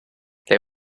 they